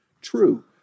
true